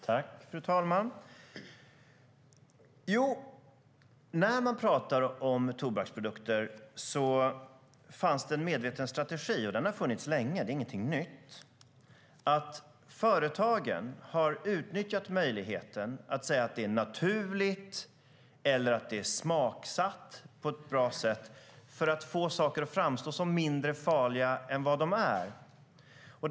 Fru talman! När man pratar om tobaksprodukter finns en medveten strategi. Den har funnits länge och är ingenting nytt. Företagen har utnyttjat möjligheten att säga att saker är naturliga eller smaksatta på ett bra sätt för att få dem att framstå som mindre farliga än de är.